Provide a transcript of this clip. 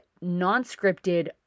non-scripted